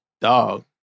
Dog